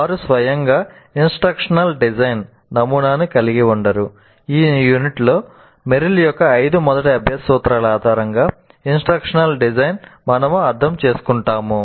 వారు స్వయంగా instructional design ను మనము అర్థం చేసుకుంటాము